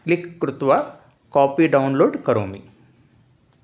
click कृत्वा कापि download करोमि